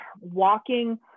walking